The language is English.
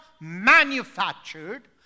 manufactured